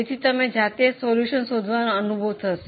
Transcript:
તેથી તમને જાતે સમાધાન શોધવાનો અનુભવ થશે